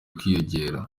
kwiyongera